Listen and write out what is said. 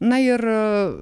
na ir